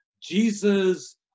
Jesus